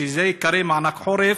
שייקרא מענק חורף,